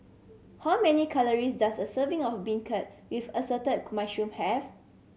how many calories does a serving of beancurd with assorted mushroom have